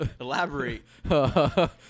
Elaborate